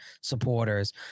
supporters